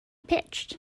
pitched